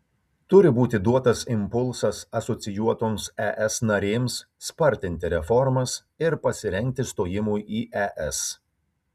turi būti duotas impulsas asocijuotoms es narėms spartinti reformas ir pasirengti stojimui į es